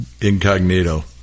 incognito